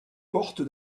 porte